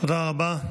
תודה רבה.